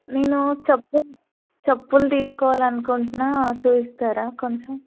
నేను చెప్పు చెప్పులు తీసుకోవాలి అనుకుంటున్నాను చూపిస్తారా కొంచెం